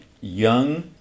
young